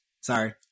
Sorry